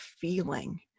feeling